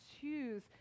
choose